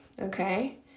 Okay